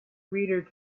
reader